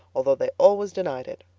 although they always denied it.